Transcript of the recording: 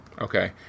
Okay